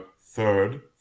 third